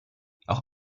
auch